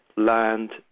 land